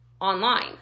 online